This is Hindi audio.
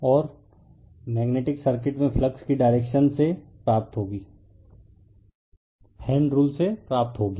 और मेग्नेटिक सर्किट में फ्लक्स की डायरेक्शन हैंड रूल से प्राप्त होगी